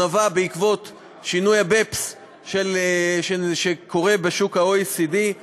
הוא נבע משינוי ה-BEPS בשוק ה-OECD.